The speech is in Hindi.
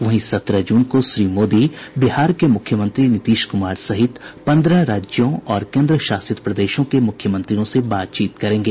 वहीं सत्रह जून को श्री मोदी बिहार के मुख्यमंत्री नीतीश कुमार सहित पन्द्रह राज्यों और केन्द्रशासित प्रदेशों के मुख्यमंत्रियों से बातचीत करेंगे